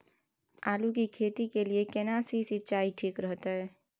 आलू की खेती के लिये केना सी सिंचाई ठीक रहतै?